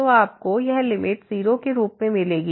तो आपको यह लिमिट 0 के रूप में मिलेगी